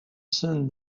sein